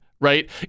right